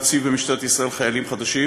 אפשר להציב במשטרת ישראל חיילים חדשים,